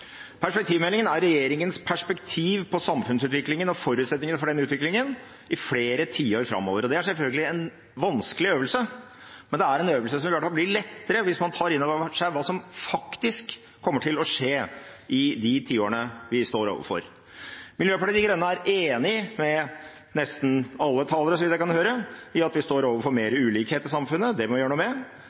Perspektivmeldingen er regjeringens perspektiv på samfunnsutviklingen og forutsetningene for den utviklingen i flere tiår framover. Det er selvfølgelig en vanskelig øvelse, men det er en øvelse som helt klart vil bli lettere hvis man tar inn over seg hva som faktisk kommer til å skje i de tiårene vi står overfor. Miljøpartiet De Grønne er enig med nesten alle talere, så vidt jeg kan høre, i at vi står overfor mer ulikhet i samfunnet. Det må vi gjøre noe med.